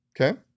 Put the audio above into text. Okay